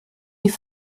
die